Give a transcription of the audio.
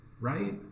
Right